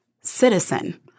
citizen